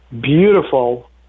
beautiful